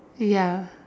ya